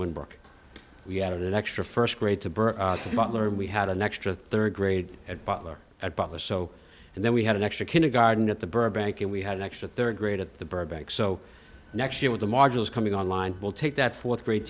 one book we had an extra first grade to burrow butler and we had an extra third grade at butler at butler so and then we had an extra kindergarten at the burbank and we had an extra third grade at the burbank so next year with the modules coming online we'll take that fourth grade